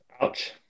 Ouch